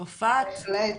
צרפת,